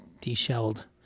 de-shelled